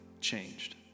changed